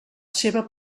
seva